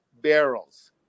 barrels